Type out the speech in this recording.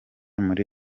muri